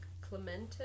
Clemente